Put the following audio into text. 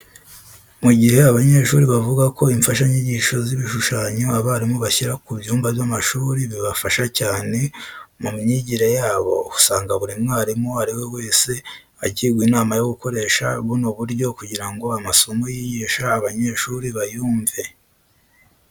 Mu gihe abanyeshuri bavuga ko imfashanyigisho z'ibishushanyo abarimu bashyira ku byumba by'amashuri bibafasha cyane mu mwigire yabo, usanga buri mwarimu uwo ari we wese agirwa inama yo gukoresha buno buryo kugira ngo amasomo yigisha abanyeshuri bayumve.